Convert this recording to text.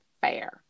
fair